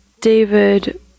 David